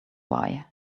why